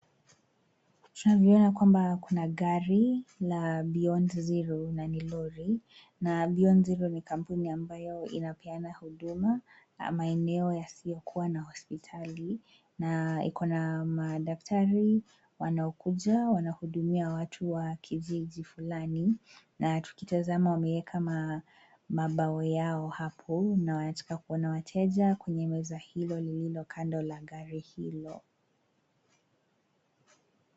Tunavyoona kwamba kuna gari la Beyond Zero na ni lori na Beyond Zero ni kampuni ambayo inapeana huduma maeneo yasiyokuwa na hospitali na iko na madaktari wanaokuja wanahudumia watu wa kijiji fulani na tukitazama wameweka mabao yao hapo na wanataka kuona wateja kwenye meza hilo lililo kando la gari hilo.